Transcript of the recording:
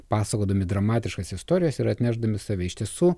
pasakodami dramatiškas istorijas ir atnešdami save iš tiesų